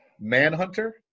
Manhunter